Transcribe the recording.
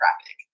traffic